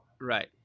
Right